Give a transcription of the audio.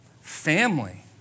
family